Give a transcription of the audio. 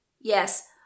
Yes